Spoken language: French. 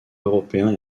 européen